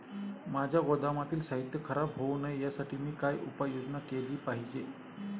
माझ्या गोदामातील साहित्य खराब होऊ नये यासाठी मी काय उपाय योजना केली पाहिजे?